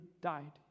died